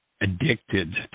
addicted